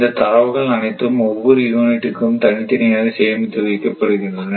இந்த தரவுகள் அனைத்தும் ஒவ்வொரு யூனிட்டுக்கும் தனித்தனியாக சேமித்து வைக்கப்படுகின்றன